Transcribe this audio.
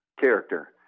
character